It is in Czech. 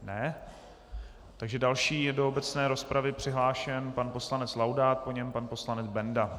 Ne, takže další je do obecné rozpravy přihlášen pan poslanec Laudát, po něm pan poslanec Benda.